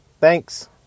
Thanks